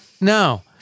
No